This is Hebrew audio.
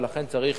ולכן צריך